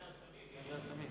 בוועדה למאבק בנגע הסמים.